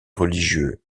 religieux